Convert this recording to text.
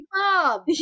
bob